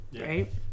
right